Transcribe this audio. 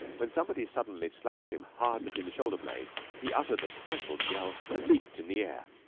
when somebody suddenly slapped him hard between the shoulder-blades, he uttered a stifled yell and leaped in the air.